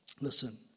Listen